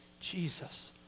Jesus